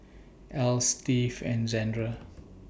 Else Steve and Zandra